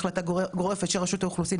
כי כמו שידוע לכולנו,